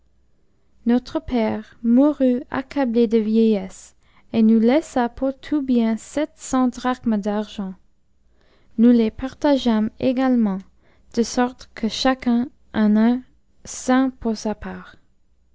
notre përe mourut accablé de vieillesse et nous laissa pour tout bien sept cents drachmes d'argent nous les partageâmes également de sorte que chacun en eut cent pour sa part